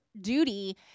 duty